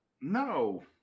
No